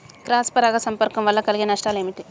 Cross పరాగ సంపర్కం వల్ల కలిగే నష్టాలు ఏమిటి?